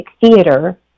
theater